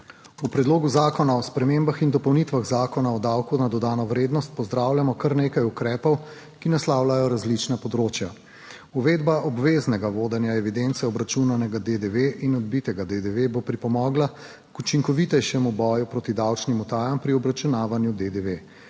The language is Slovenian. V Predlogu zakona o spremembah in dopolnitvah Zakona o davku na dodano vrednost pozdravljamo kar nekaj ukrepov, ki naslavljajo različna področja. Uvedba obveznega vodenja evidence obračunanega DDV in odbitega DDV bo pripomogla k učinkovitejšemu boju proti davčnim utajam pri obračunavanju DDV